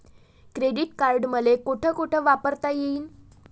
Credit card मले कोठ कोठ वापरता येईन?